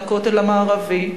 לכותל המערבי,